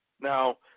Now